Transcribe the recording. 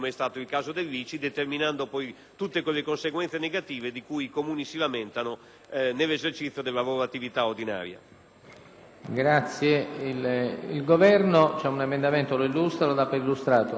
nell'esercizio della loro attività ordinaria.